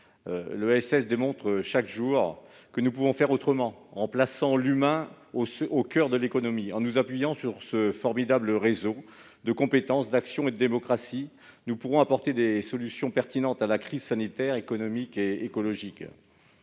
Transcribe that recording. L'ESS démontre chaque jour que nous pouvons faire autrement, en plaçant l'humain au coeur de l'économie. En nous appuyant sur ce formidable réseau de compétences, d'action et de démocratie, nous pourrons apporter des solutions pertinentes à la crise sanitaire, écologique et économique.